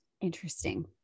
interesting